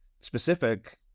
specific